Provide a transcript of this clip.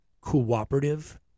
cooperative